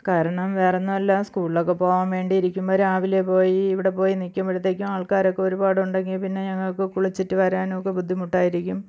കാരണം വേറെ ഒന്നും അല്ല സ്കൂളിലൊക്ക പോകാന് വേണ്ടി ഇരിക്കുമ്പോൾ രാവിലെ പോയി ഇവിടെ പോയി നിൽക്കുമ്പോഴത്തേക്കും ആള്ക്കാരൊക്കെ ഒരുപാട് ഉണ്ടെങ്കിൽ പിന്നെ ഞങ്ങൾക്ക് കുളിച്ചിട്ട് വരാനൊക്കെ ബുദ്ധിമുട്ടായിരിക്കും